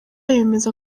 yemeza